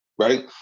right